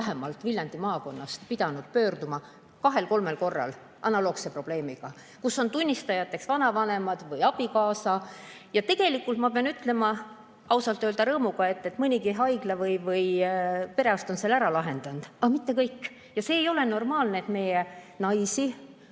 vähemalt Viljandi maakonnast pidanud pöörduma kahel-kolmel korral analoogse probleemiga, kus on tunnistajateks vanavanemad või abikaasa. Tegelikult ma pean ütlema, ausalt öelda rõõmuga, et nii mõnigi haigla või perearst on selle ära lahendanud. Aga mitte kõik. See ei ole normaalne, et meie naisi